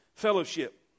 Fellowship